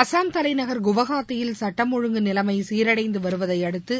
அசாம் தலைநகா் குவஹாத்தியில் சுட்டம் ஒழுங்கு நிலைமை சீரடைந்து வருவதை அடுத்து